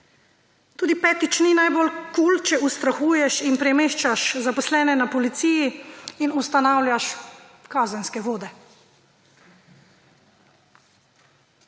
Tudi, petič, ni najbolj kul, če ustrahuješ in premeščaš zaposlene na policiji in ustanavljaš kazenske vode.